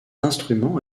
instrument